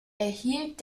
erhielt